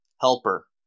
Helper